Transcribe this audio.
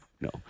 No